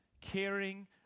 caring